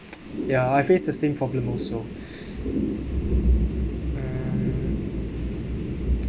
ya I face the same problem also mm